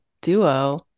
duo